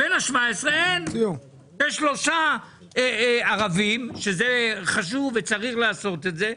יש 3 ערבים שזה חשוב וצריך לעשות את זה,